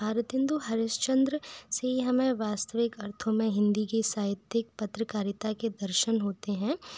भारतेन्दु हरीशचंद्र से ही हमें वास्तविक अर्थों में हिन्दी की साहित्यिक पत्रकारिता के दर्शन होते हैं